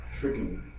Freaking